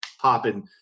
popping